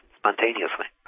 spontaneously